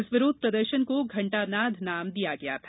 इस विरोध प्रदर्शन को घंटानाद नाम दिया गया था